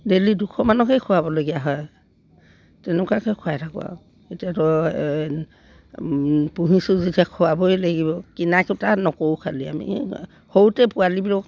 daily দুশমানকৈ খোৱাবলগীয়া হয় তেনেকুৱাকৈ খুৱাই থাকোঁ আৰু এতিয়া ধৰ পুহিছোঁ যেতিয়া খোৱাবই লাগিব কিনা কোটা নকৰোঁ খালি আমি সৰুতে পোৱালিবোৰক